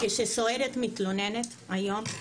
כשסוהרת מתלוננת היום,